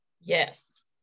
yes